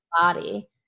body